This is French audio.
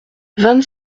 vingt